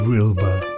Wilbur